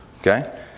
Okay